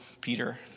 Peter